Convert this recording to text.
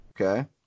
Okay